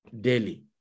daily